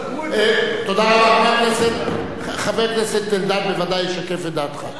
חבר הכנסת אלדד בוודאי ישקף את דעתך.